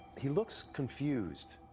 he looks confused.